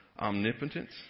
omnipotence